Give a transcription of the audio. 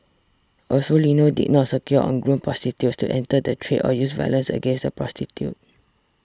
also Lino did not secure or groom prostitutes to enter the trade or use violence against the prostitutes